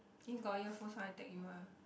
if got earphones one I tag you ah